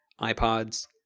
iPods